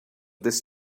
this